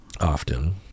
often